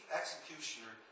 executioner